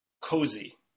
cozy